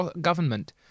government